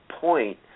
point